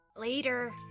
Later